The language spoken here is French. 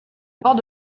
bords